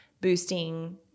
boosting